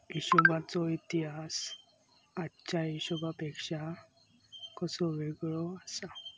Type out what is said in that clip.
हिशोबाचो इतिहास आजच्या हिशेबापेक्षा कसो वेगळो आसा?